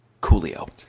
Coolio